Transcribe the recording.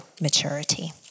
maturity